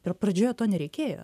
ir pradžioje to nereikėjo